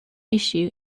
issue